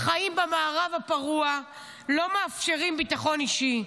החיים במערב הפרוע לא מאפשרים ביטחון אישי.